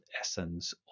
essence